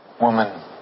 Woman